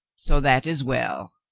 so that is well.